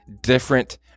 different